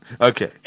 okay